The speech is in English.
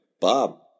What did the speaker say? Bob